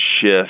shift